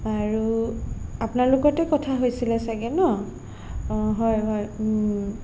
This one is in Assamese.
আৰু আপোনাৰ লগতে কথা হৈছিলে ছাগে ন' অ হয় হয় ওম